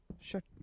Shut